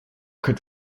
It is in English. could